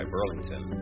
Burlington